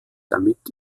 damit